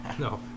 No